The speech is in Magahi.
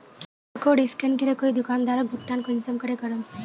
कियु.आर कोड स्कैन करे कोई दुकानदारोक भुगतान कुंसम करे करूम?